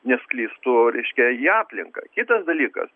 nesklistų reiškia į aplinką kitas dalykas